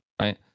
right